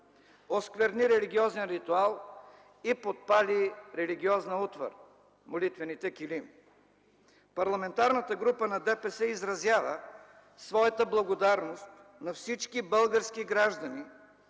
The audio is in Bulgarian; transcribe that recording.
оскверни религиозен ритуал и подпали религиозна утвар – молитвените килими. Парламентарната група на ДПС изразява своята благодарност на всички български граждани,